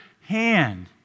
hand